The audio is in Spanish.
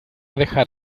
dejar